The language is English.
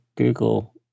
google